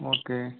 okay